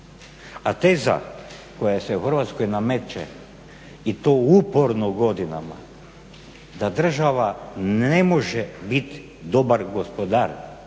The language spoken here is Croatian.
A teza koja se u Hrvatskoj nameće i to uporno godinama, da država ne može bit dobar gospodar